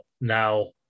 now